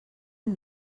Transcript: and